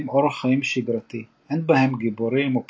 אורח חיים שיגרתי; אין בהם גיבורים או פושעים,